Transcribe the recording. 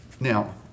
now